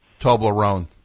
Toblerone